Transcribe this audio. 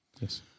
yes